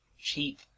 cheap